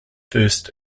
first